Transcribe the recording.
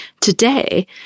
Today